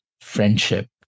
friendship